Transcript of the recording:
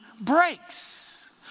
breaks